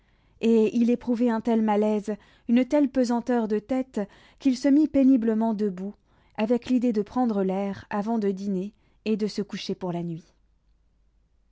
et il éprouvait un tel malaise une telle pesanteur de tête qu'il se mit péniblement debout avec l'idée de prendre l'air avant de dîner et de se coucher pour la nuit